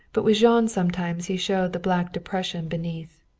but with jean sometimes he showed the black depression beneath.